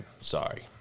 Sorry